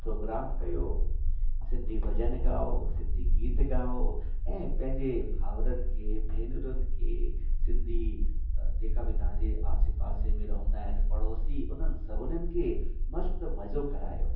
programme कयो सिंधी भॼन ॻायो सिंधी गीत ॻायो ऐं पंहिंजे भाउरनि खे भेनरुनि खे सिंधी जेका बि तव्हांजे आसे पासे में रहंदा आहिनि पड़ोसी उन सभिनीनि खे मस्तु मज़ो करायो